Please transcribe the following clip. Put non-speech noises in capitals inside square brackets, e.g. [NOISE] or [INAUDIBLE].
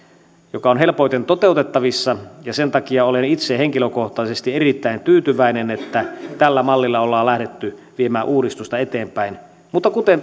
joka on helpoiten toteutettavissa ja sen takia olen itse henkilökohtaisesti erittäin tyytyväinen että tällä mallilla ollaan lähdetty viemään uudistusta eteenpäin mutta kuten [UNINTELLIGIBLE]